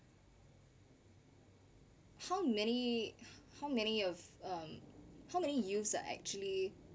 how many how many of um how many youths are actually